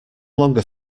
longer